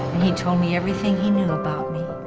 he told me everything he knew about me.